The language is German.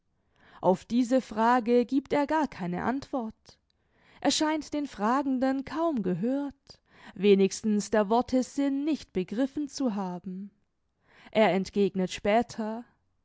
auf diese frage giebt er gar keine antwort er scheint den fragenden kaum gehört wenigstens der worte sinn nicht begriffen zu haben er entgegnet später